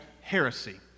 heresy